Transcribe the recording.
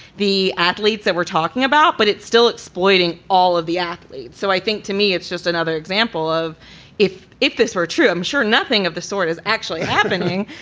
the athletes that we're talking about. but it's still exploiting all of the athletes. so i think to me, it's just another example of if if this were true, i'm sure nothing of the sort is actually happening.